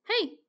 Hey